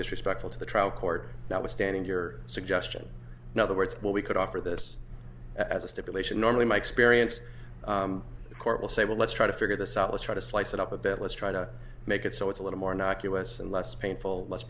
disrespectful to the trial court that was standing your suggestion now the words what we could offer this as a stipulation normally my experience the court will say well let's try to figure this out let's try to slice it up a bit let's try to make it so it's a little more knock us and less painful less